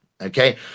okay